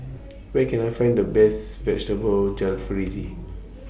Where Can I Find The Best Vegetable Jalfrezi